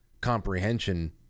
comprehension